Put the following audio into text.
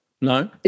No